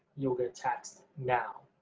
you'll get taxed now,